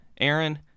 Aaron